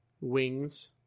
wings